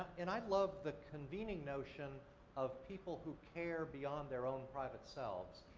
and i love the convening notion of people who care beyond their own private selves,